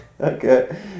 Okay